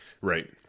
Right